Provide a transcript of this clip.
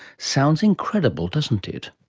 sounds incredible, doesn't it.